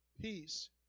peace